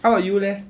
how are you leh